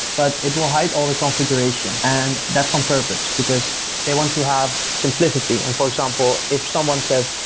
but it will hide all the configuration. and that's on purpose, because they want to have simplicity and for example, if someone says,